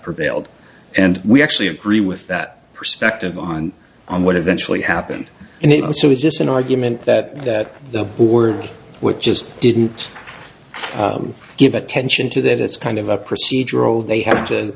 prevailed and we actually agree with that perspective on on what eventually happened and it was just an argument that that the board with just didn't give attention to that it's kind of a procedural they have to